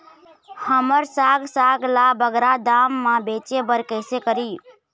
हमर साग साग ला बगरा दाम मा बेचे बर कइसे करी?